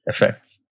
effects